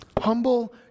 Humble